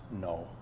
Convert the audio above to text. no